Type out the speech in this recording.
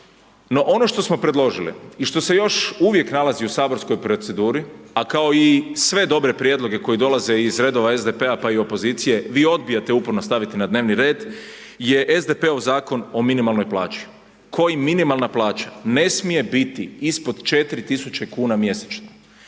No, ono što smo predložili i što se još uvijek nalazi u saborskoj proceduri, a kao i sve dobre prijedloge koji dolaze iz redova SDP-a pa i opozicije vi odbijate uporno staviti na dnevni red, je SDP-ov zakon o minimalnoj plaći, kojim minimalna plaća ne smije biti ispod 4.000 kuna mjesečno.